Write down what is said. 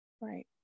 right